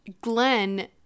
Glenn